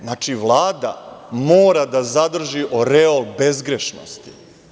Znači, Vlada mora da zadrži oreol bezgrešnosti.